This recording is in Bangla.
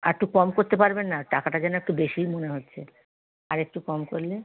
আরেকটু কম করতে পারবেন না টাকাটা যেন একটু বেশিই মনে হচ্ছে আর একটু কম করলে